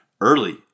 early